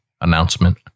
announcement